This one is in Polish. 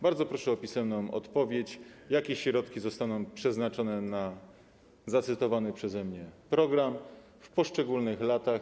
Bardzo proszę o pisemną odpowiedź na pytanie, jakie środki zostaną przeznaczone na zacytowany przeze mnie program w poszczególnych latach.